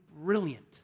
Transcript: brilliant